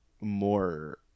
more